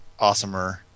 awesomer